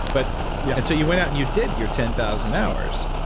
but yeah and so you went out and you did your ten thousand hours,